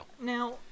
Now